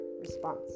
response